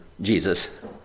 Jesus